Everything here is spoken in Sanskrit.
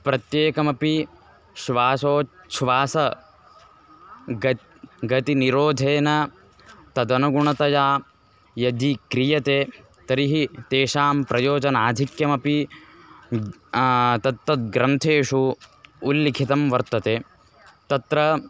प्रत्येकमपि श्वासोच्छ्वासः गत् गतिनिरोधेन तदनुगुणतया यदि क्रियते तर्हि तेषां प्रयोजनाधिक्यमपि तत्तद्ग्रन्थेषु उल्लिखितं वर्तते तत्र